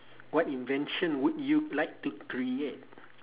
what invention would you like to create